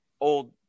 old